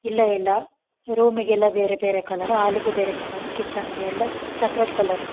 ಇಲ್ಲ ಇಲ್ಲ ರೂಮಿಗೆಲ್ಲ ಬೇರೆ ಬೇರೆ ಕಲರು ಆಲಿಗೂ ಬೇರೆ ಕಲರ್ ಕಿಚನ್ನಿಗೆಲ್ಲ ಸಪ್ರೇಟ್ ಕಲರು